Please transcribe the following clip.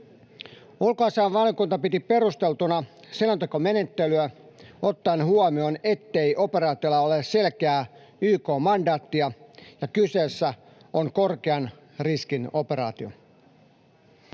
Ulkoasiainvaliokunta piti perusteltuna selontekomenettelyä ottaen huomioon, ettei operaatiolla ole selkeää YK-mandaattia ja että kyseessä on korkean riskin operaatio.